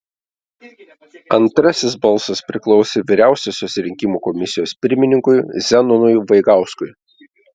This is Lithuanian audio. antrasis balsas priklausė vyriausiosios rinkimų komisijos pirmininkui zenonui vaigauskui